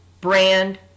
brand